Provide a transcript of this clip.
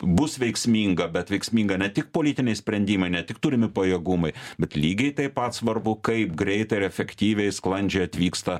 bus veiksminga bet veiksminga ne tik politiniai sprendimai ne tik turimi pajėgumai bet lygiai taip pat svarbu kaip greitai ir efektyviai sklandžiai atvyksta